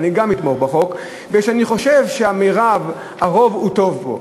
כי אני חושב שהרוב טוב בו.